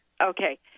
Okay